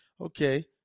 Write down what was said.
Okay